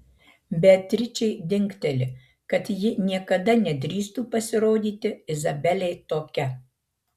beatričei dingteli kad ji niekada nedrįstų pasirodyti izabelei tokia